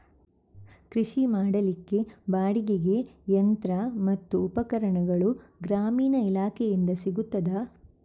ಕೃಷಿ ಮಾಡಲಿಕ್ಕೆ ಬಾಡಿಗೆಗೆ ಯಂತ್ರ ಮತ್ತು ಉಪಕರಣಗಳು ಗ್ರಾಮೀಣ ಇಲಾಖೆಯಿಂದ ಸಿಗುತ್ತದಾ?